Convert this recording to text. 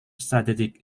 strategic